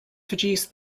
produced